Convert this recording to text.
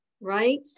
right